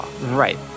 Right